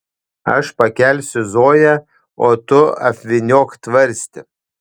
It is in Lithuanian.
aš pakelsiu zoją o tu apvyniok tvarstį